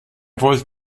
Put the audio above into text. wollte